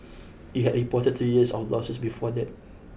it had reported three years of losses before that